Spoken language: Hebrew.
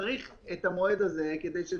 צריך את המועד הזה כדי שתהיה מספיק היערכות.